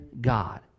God